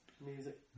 music